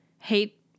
Hate